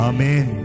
Amen